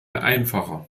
einfacher